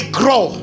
grow